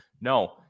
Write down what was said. No